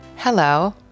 Hello